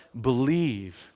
believe